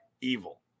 evil